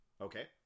Okay